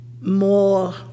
more